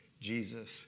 Jesus